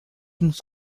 nos